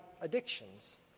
addictions